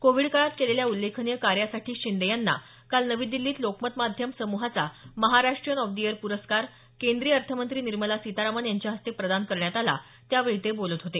Covid काळात केलेल्या उल्लेखनीय कार्यासाठी शिंदे यांना काल दिल्लीत लोकमत माध्यम समुहाचा महाराष्ट्रीयन ऑफ द इयर पुरस्कार केंद्रीय अर्थमंत्री निर्मला सितारमन यांच्या हस्ते प्रदान करण्यात आला त्यावेळी ते बोलत होते